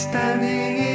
Standing